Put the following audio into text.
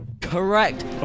Correct